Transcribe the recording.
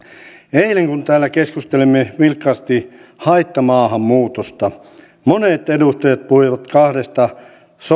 eilen kun täällä keskustelimme vilkkaasti haittamaahanmuutosta monet edustajat puhuivat kahdesta